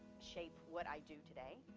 shape what i do today,